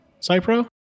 Cypro